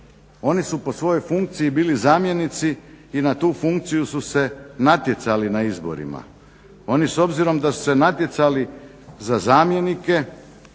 Oni su po svojoj funkciji bili zamjenici i na tu funkciju su se natjecali na izborima. Oni s obzirom da su se natjecali za zamjenike